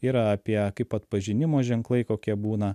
yra apie kaip atpažinimo ženklai kokie būna